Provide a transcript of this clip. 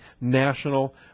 national